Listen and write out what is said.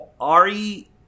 Ari